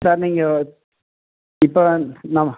sir நீங்கள் இப் இப்போ நான்